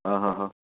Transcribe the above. હા હા હા